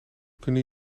kunnen